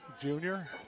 junior